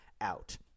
out